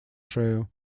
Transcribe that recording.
шею